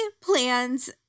plans